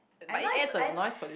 I know it's I